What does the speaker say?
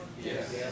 Yes